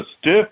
stiff